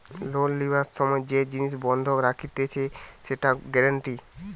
loan লিবার সময় যে জিনিস বন্ধক রাখতিছে সেটা গ্যারান্টি